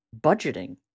budgeting